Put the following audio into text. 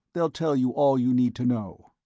they'll tell you all you need to know.